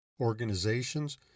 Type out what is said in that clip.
organizations